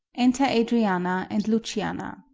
enter adriana and luciana